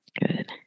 Good